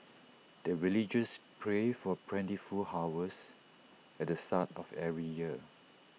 the villagers pray for plentiful harvest at the start of every year